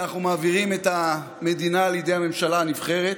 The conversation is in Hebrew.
אנחנו מעבירים את המדינה לידי הממשלה הנבחרת,